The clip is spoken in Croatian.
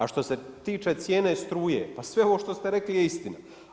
A što se tiče cijene struje, pa sve ovo što ste rekli je istina.